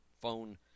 phone